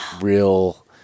real